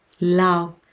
love